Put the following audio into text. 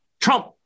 Trump